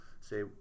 say